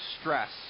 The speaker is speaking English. stress